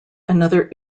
another